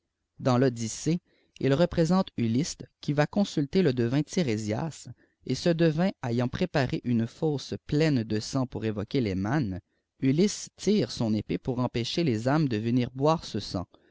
dans y odyssée il représente ulysse qui va consulter le devin tirésîas et ce devin ayant préparé une fosse pleine de sang pour évoquer les mânes ulysse tire son épée pourempédr les âmes de venir boire te fbug